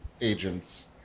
agents